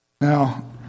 Now